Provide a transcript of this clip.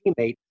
teammate